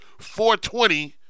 420